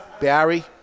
Barry